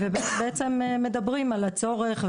ובעצם מדברים על הצורך,